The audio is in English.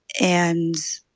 and.